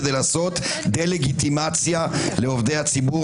כדי לעשות דה-לגיטימציה לעובדי הציבור.